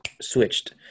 switched